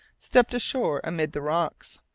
stepped ashore amid the rocks.